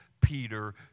Peter